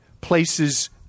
places